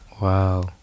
Wow